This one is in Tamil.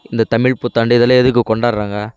இந்த தமிழ் புத்தாண்டு இதெல்லாம் எதுக்கு கொண்டாடுறாங்க